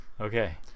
Okay